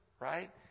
right